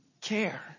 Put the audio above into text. care